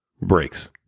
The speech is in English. breaks